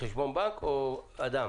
חשבון בנק או אדם?